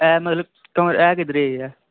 हां मतलब एह् किद्धर जेह् ऐ